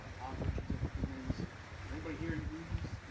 roach's, i think his name is anybody here. he's